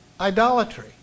idolatry